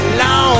long